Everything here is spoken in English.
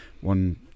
one